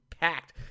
packed